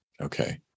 Okay